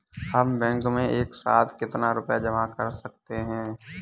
हम बैंक में एक साथ कितना रुपया जमा कर सकते हैं?